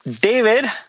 David